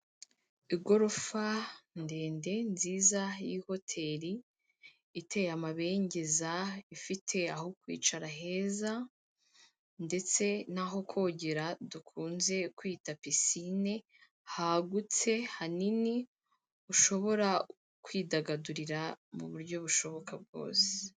Igorofa ndende nziza y'ihoteri iteye amabengeza, ifite aho kwicara heza ndetse'aho kogera dukunze kwita pisine, hagutse hanini, ushobora kwidagadurira mu buryo bushoboka bwose.